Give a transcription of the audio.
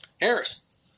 Harris